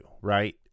right